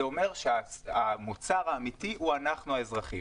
זה אומר שהמוצר האמיתי הוא אנחנו, האזרחים.